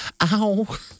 ow